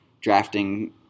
drafting